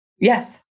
Yes